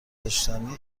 داشتنی